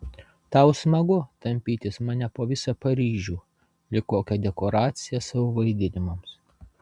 tau smagu tampytis mane po visą paryžių lyg kokią dekoraciją savo vaidinimams